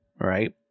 right